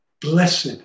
Blessed